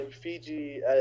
fiji